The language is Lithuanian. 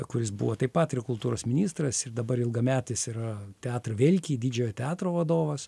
kuris buvo taip pat ir kultūros ministras ir dabar ilgametis yra teatr velkyj didžiojo teatro vadovas